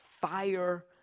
fire